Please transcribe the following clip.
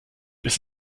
bis